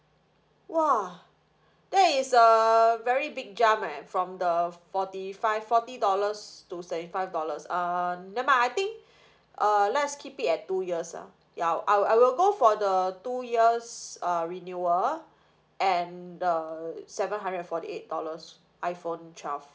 !wah! that is a very big jump eh from the forty five forty dollars to seventy five dollars uh never mind I think uh let's keep it at two years lah ya I'll I will go for the two years uh renewal and the seven hundred forty eight dollars iPhone twelve